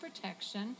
protection